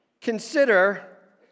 consider